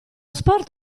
sport